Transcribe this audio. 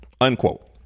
Unquote